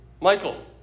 Michael